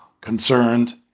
concerned